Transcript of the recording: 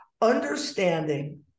understanding